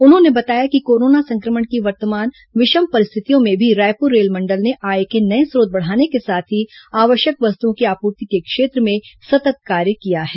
उन्होंने बताया कि कोरोना संक्रमण की वर्तमान विषम परिस्थितियों में भी रायपुर रेलमंडल ने आय के नये स्रोत बढ़ाने के साथ ही आवश्यक वस्तुओं की आपूर्ति के क्षेत्र में सतत् कार्य किया है